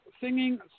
singing